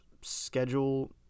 schedule